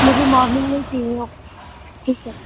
مجھے مارننگ میں ہی چاہیے اوکے ٹھیک ہے